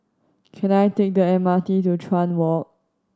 can I take the M R T to Chuan Walk